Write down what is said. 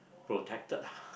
protected lah